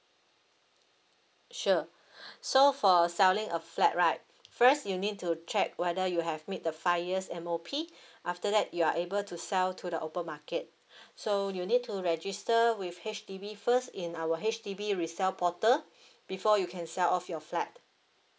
sure so for selling a flat right first you need to check whether you have made the five years M_O_P after that you are able to sell to the open market so you need to register with H_D_B first in our H_D_B resell portal before you can sell off your flat